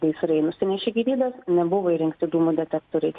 gaisrai nusinešė gyvybes nebuvo įrengti dūmų detektoriai